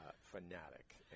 Fanatic